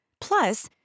Plus